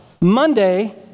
Monday